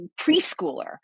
preschooler